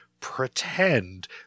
pretend